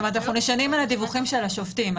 אנחנו נשענים על הדיווחים של השופטים.